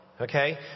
Okay